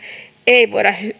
ei voida